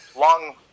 long